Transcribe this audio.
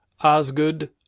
Osgood